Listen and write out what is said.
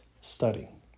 studying